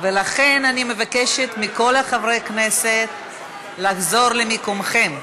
לכן אני מבקשת מכל חברי הכנסת לחזור למקומם.